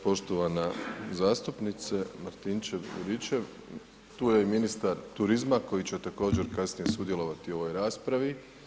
Poštovana zastupnice Martinčev-Juričev, tu je i ministar turizma koji će također kasnije sudjelovati u ovoj raspravi.